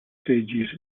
stages